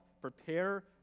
prepare